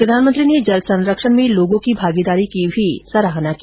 प्रधानमंत्री ने जल संरक्षण में लोगों की भागीदारी की सराहना की